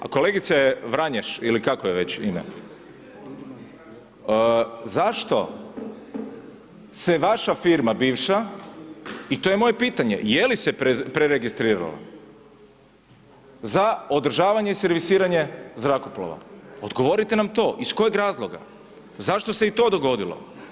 A kolegice Vranješ, ili kako je već ime, zašto se vaša firma bivša i to je moje pitanje, je li se preregistrirala za održavanje i servisiranje zrakoplova, odgovorite nam to, iz kojeg razloga, zašto se i to dogodilo?